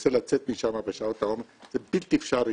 ומנסה לצאת משם בשעות העומס זה בלתי אפשרי